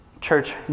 Church